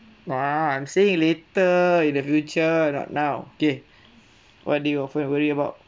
nah I'm saying later in the future not now okay what do you often worry about